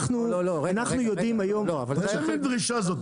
איזו מן דרישה זו?